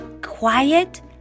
Quiet